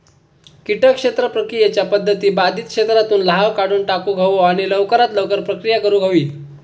किटक क्षेत्र प्रक्रियेच्या पध्दती बाधित क्षेत्रातुन लाह काढुन टाकुक हवो आणि लवकरात लवकर प्रक्रिया करुक हवी